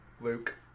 Luke